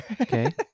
okay